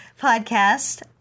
podcast